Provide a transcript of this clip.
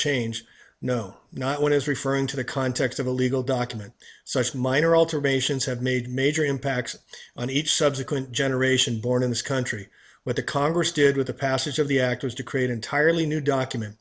change no not when i was referring to the context of a legal document such minor alterations have made major impacts on each subsequent generation born in this country where the congress did with the passage of the act was to create entirely new document